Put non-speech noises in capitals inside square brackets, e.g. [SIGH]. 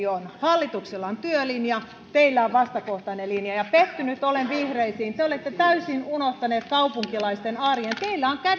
[UNINTELLIGIBLE] on vastakohtabudjetti hallituksella on työlinja teillä on vastakohtainen linja ja pettynyt olen vihreisiin te olette täysin unohtaneet kaupunkilaisten arjen teillä on kädet